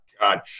God